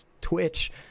twitch